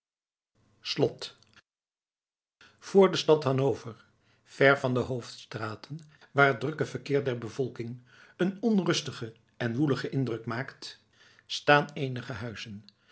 slot vr de stad hanover ver van de hoofdstraten waar het drukke verkeer der bevolking een onrustigen en woeligen indruk maakt staan eenige huizen